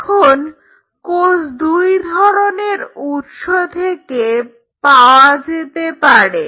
এখন কোষ দুই ধরনের উৎস থেকে পাওয়া যেতে পারে